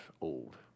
old